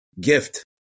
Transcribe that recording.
gift